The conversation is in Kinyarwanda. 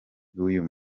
b’uyu